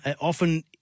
often